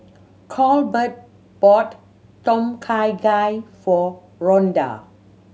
Colbert bought Tom Kha Gai for Ronda